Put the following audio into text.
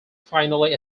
finally